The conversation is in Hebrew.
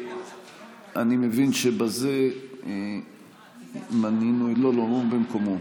אני מבין שבזה מנינו, אם כך,